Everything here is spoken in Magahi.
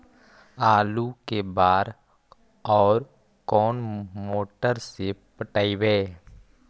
आलू के बार और कोन मोटर से पटइबै?